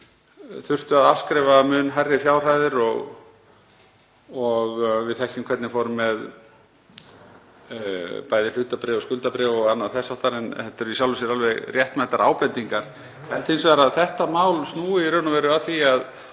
þurftu að afskrifa mun hærri fjárhæðir og við þekkjum hvernig fór með bæði hlutabréf og skuldabréf og annað þess háttar. En þetta eru í sjálfu sér alveg réttmætar ábendingar. Ég held hins vegar að þetta mál snúi í raun og veru að því að